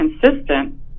consistent